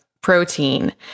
protein